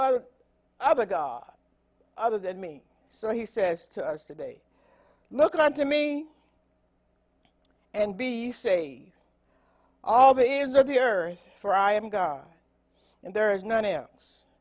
other other god other than me so he says to us today look on to me and be saved all the ends of the earth for i am god and there is none else